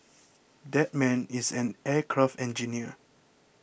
that man is an aircraft engineer